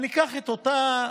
ניקח את אותה